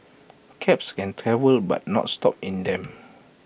cabs can travel but not stop in them